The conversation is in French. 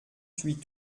huit